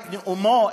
את נאומו,